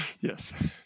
Yes